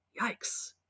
yikes